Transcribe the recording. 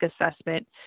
assessment